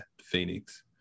Phoenix